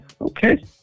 okay